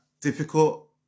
difficult